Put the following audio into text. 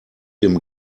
dem